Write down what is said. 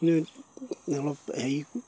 অলপ হেৰি